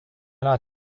not